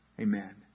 Amen